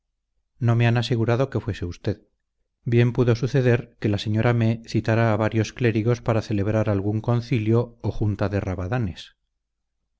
no me han asegurado que fuese usted bien pudo suceder que la señora mé citara a varios clérigos para celebrar algún concilio o junta de rabadanes